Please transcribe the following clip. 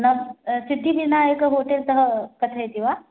सिद्धिविनायक होटेलतः कथयति वा